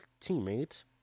teammate